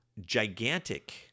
Gigantic